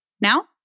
Now